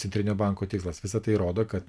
centrinio banko tikslas visa tai rodo kad